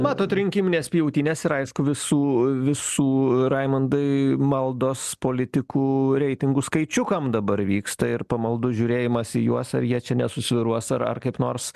matot rinkiminės pjautynės ir aišku visų visų raimundai maldos politikų reitingų skaičiukam dabar vyksta ir pamaldus žiūrėjimas į juos ar jie čia nesusvyruos ar ar kaip nors